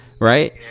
right